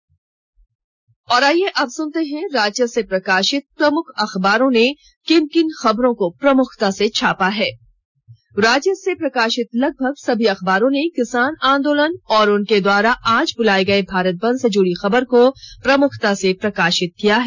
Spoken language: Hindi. अब अखबारों की सुर्खियां और आईये अब सुनते हैं राज्य से प्रकाशित प्रमुख अखबारों ने किन किन खबरों को प्रमुखता से छापा है राज्य से प्रका ित लगभग समी अखबारों ने किसान आंदोलन और उनके द्वारा आज बुलाये गए भारत बन्द से जुड़ी खबर को प्रमुखता से प्रकाशित किया है